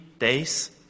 Days